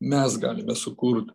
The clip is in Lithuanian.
mes galime sukurt